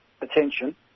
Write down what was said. attention